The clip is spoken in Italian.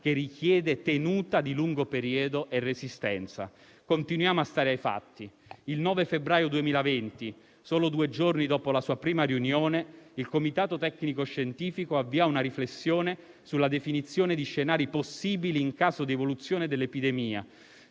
che richiede tenuta di lungo periodo e resistenza. Continuiamo a stare ai fatti. Il 9 febbraio 2020, solo due giorni dopo la sua prima riunione, il Comitato tecnico-scientifico avvia una riflessione sulla definizione di scenari possibili in caso di evoluzione dell'epidemia